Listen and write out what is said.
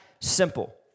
simple